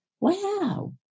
wow